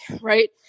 right